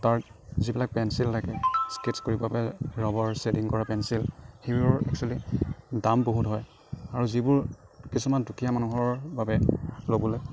তাৰ যিবিলাক পেঞ্চিল থাকে স্কেটছ কৰিব পৰা ৰবৰ ছেদিং কৰা পেঞ্চিল সেইবোৰৰ এক্সুৱেলি দাম বহুত হয় আৰু যিবোৰ কিছুমান দুখীয়া মানুহৰ বাবে ল'বলৈ